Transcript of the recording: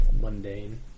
mundane